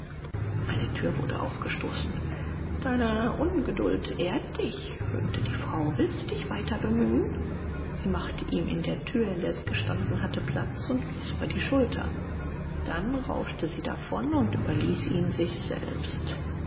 eine tür wurde aufgestoßen deine ungeduld ehrt dich höhnte die frau willst du dich weiterbemühen sie machte ihm in der tür in der sie gestanden hatte platz und wies über die schulter dann rauschte sie davon und überließ ihn sich selbst